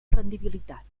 rendibilitat